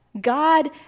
God